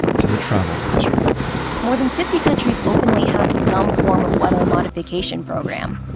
to the travel industry more than fifty countries openly have some form of weather modification program.